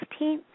15th